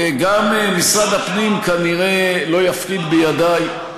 וגם משרד הפנים כנראה לא יפקיד בידי,